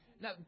Now